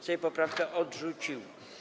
Sejm poprawkę odrzucił.